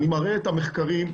אני מראה את המחקרים,